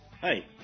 Hey